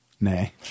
Nay